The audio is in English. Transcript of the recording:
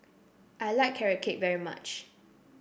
I like Carrot Cake very much